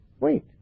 wait